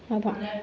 அதான்